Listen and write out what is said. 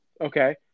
Okay